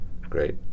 Great